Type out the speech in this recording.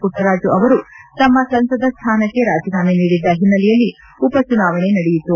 ಪುಟ್ಟರಾಜು ಅವರು ತಮ್ಮ ಸಂಸದ ಸ್ಥಾನಕ್ಕೆ ರಾಜೀನಾಮೆ ನೀಡಿದ್ದ ಹಿನ್ನೆಲೆಯಲ್ಲಿ ಉಪ ಚುನಾವಣೆ ನಡೆಯಿತು